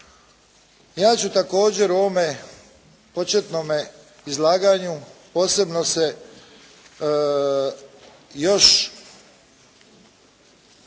Ja ću također u ovome početnome izlaganju posebno se još